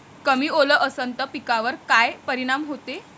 कमी ओल असनं त पिकावर काय परिनाम होते?